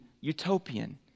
utopian